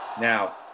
Now